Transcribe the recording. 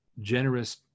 generous